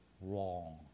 wrong